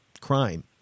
crime